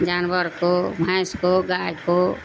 جانور کو بھینس کو گائے کو